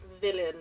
villain